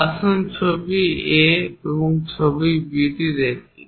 আসুন ছবি A এবং ছবি B দেখি